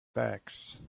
backs